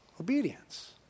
obedience